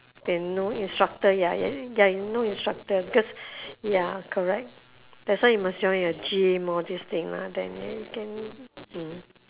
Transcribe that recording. they no instructor ya ya ya no instructor because ya correct that's why you must join a gym all these thing lah then you can mm